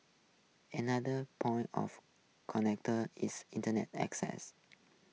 another point of connector is Internet access